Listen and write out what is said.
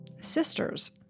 Sisters